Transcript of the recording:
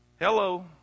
Hello